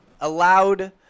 allowed